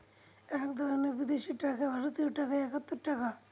এক ধরনের বিদেশি টাকা ভারতীয় টাকায় একাত্তর টাকা